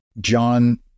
John